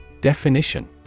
Definition